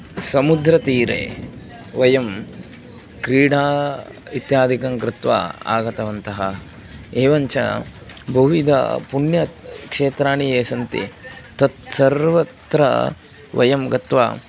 समुद्रतीरे वयं क्रीडा इत्यादिकं कृत्वा आगतवन्तः एवं च बहुविध पुण्यक्षेत्राणि ये सन्ति तत् सर्वत्र वयं गत्वा